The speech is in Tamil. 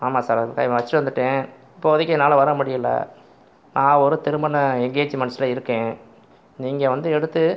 ஆமாம் சார் அது வச்சுட்டு வந்துவிட்டேன் இப்போதைக்கு என்னால் வர முடியலை நான் ஒரு திருமண என்கேஜிமெண்ட்ஸில் இருக்கேன் நீங்கள் வந்து எடுத்து